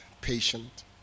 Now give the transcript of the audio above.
patient